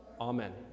Amen